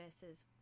versus